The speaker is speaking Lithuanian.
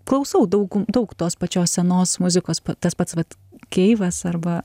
klausau daug daug tos pačios senos muzikos tas pats vat keivas arba